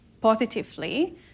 positively